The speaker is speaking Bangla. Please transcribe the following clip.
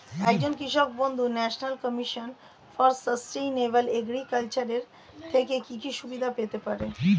একজন কৃষক বন্ধু national commission for sustainable agriculture এর থেকে কি কি সুবিধা পেতে পারে?